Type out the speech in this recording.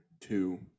two